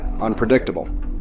unpredictable